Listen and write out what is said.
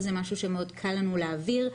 זה משהו שמאוד קל לנו להעביר.